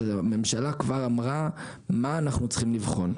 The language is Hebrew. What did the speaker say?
הממשלה כבר אמרה מה אנחנו צריכים לבחון.